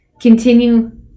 Continue